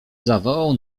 zawołał